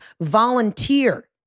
volunteer